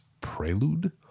prelude